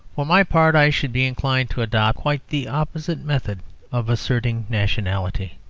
for my part, i should be inclined to adopt quite the opposite method of asserting nationality.